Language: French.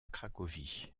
cracovie